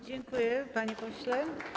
Dziękuję, panie pośle.